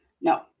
No